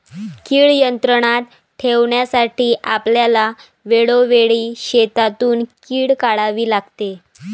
कीड नियंत्रणात ठेवण्यासाठी आपल्याला वेळोवेळी शेतातून कीड काढावी लागते